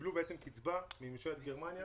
וקיבלו קצבה מממשלת גרמניה